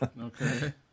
okay